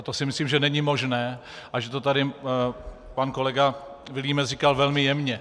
To si myslím, že není možné a že to tady pan kolega Vilímec říkal velmi jemně.